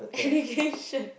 education